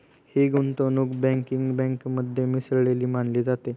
ही गुंतवणूक बँकिंग बँकेमध्ये मिसळलेली मानली जाते